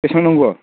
बेसां नांगौ